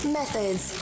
methods